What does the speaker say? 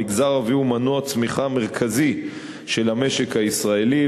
המגזר הערבי הוא מנוע צמיחה מרכזי של המשק הישראלי,